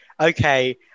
okay